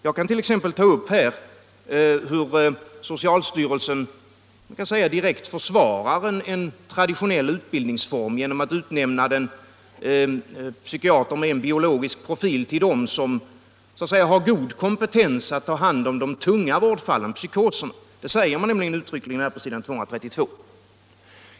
Jag kan t.ex. peka på detta att socialstyrelsen direkt försvarar en traditionell utbildningsform genom att utnämna psykiater med en biologisk profil till den kategori som har god kompetens att ta hand om de tunga vårdfallen, psykoserna. Det sägs nämligen uttryckligen på s. 232.